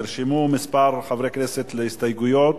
נרשמו מספר חברי כנסת להסתייגויות